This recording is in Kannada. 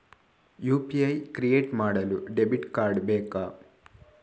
ಯು.ಪಿ.ಐ ಕ್ರಿಯೇಟ್ ಮಾಡಲು ಡೆಬಿಟ್ ಕಾರ್ಡ್ ಬೇಕಾ?